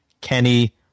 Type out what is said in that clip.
kenny